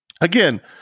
Again